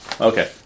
Okay